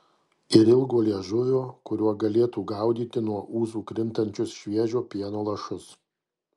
ir ilgo liežuvio kuriuo galėtų gaudyti nuo ūsų krintančius šviežio pieno lašus